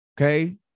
okay